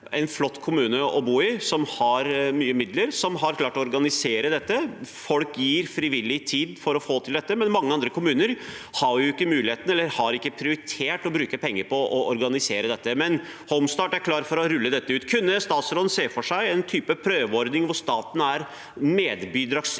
en flott kommune å bo i, som har mye midler, og som har klart å organisere dette. Folk gir frivillig av sin tid for å få til dette. Mange andre kommuner har ikke muligheten til det eller har ikke prioritert å bruke penger på å organisere dette. Men Home-Start er klar til å rulle dette ut. Kunne statsråden sett for seg en prøveordning hvor staten er medbidragsyter